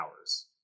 hours